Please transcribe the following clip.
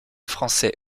français